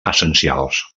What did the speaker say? essencials